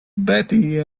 betty